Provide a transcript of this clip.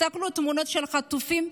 תסתכלו על התמונות של החטופים.